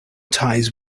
ties